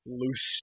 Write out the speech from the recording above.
loose